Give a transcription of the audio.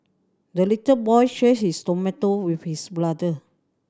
the little boy shared his tomato with his brother